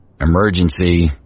emergency